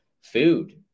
food